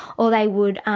or they would